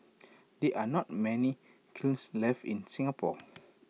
there are not many kilns left in Singapore